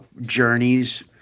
journeys